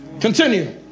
Continue